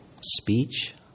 speech